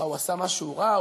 מה, הוא עשה משהו רע?